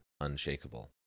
unshakable